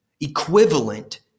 equivalent